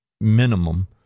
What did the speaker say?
minimum